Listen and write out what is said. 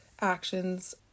actions